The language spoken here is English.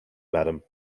madam